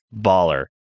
baller